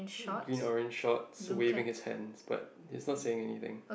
green orange shorts waving his hands but is not saying anything